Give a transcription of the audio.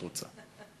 תודה.